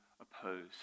oppose